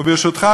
ברשותך,